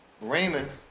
Raymond